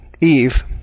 Eve